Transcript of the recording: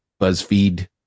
BuzzFeed